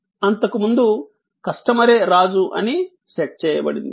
అంతకుముందు కస్టమరే రాజు అని సెట్ చేయబడింది